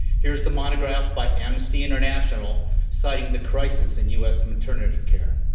here's the monograph by amnesty international citing the crisis in us maternity care.